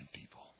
people